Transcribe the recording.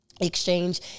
exchange